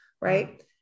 right